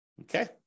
okay